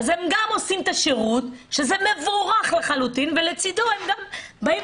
כך שהם גם עושים את השירות שזה לחלוטין דבר מבורך